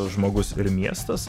žmogus ir miestas